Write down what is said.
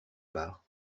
part